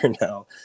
now